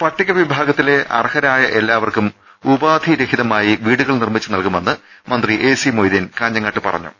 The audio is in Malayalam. പട്ടിക വിഭാഗത്തിലെ അർഹരായ എല്ലാവർക്കും ഉപാധിരഹി തമായി വീടുകൾ നിർമ്മിച്ചു നൽകുമെന് മന്ത്രി എ സി മൊയ്തീൻ കാഞ്ഞങ്ങാട്ട് പറഞ്ഞു